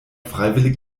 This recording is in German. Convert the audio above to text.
freiwillig